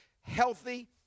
healthy